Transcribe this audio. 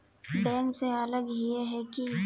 Bank से अलग हिये है की?